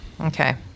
Okay